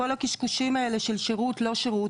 כל הקשקושים האלה של שירות או לא שירות.